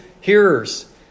hearers